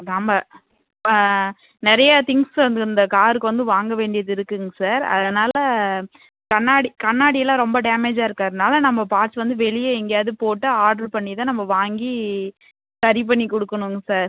ஆ நிறைய திங்ஸ் வந்து இந்த காருக்கு வந்து வாங்க வேண்டியது இருக்குங்க சார் அதனால் கண்ணாடி கண்ணாடிலாம் ரொம்ப டேமேஜாக இருக்கிறதுனால நம்ம பார்ட்ஸ் வந்து வெளியே எங்கேயாவது போட்டு ஆடர் பண்ணி தான் நம்ம வாங்கி சரி பண்ணி கொடுக்கணுங்க சார்